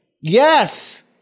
Yes